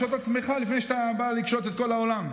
קשוט עצמך לפני שאתה בא לקשוט את כל העולם.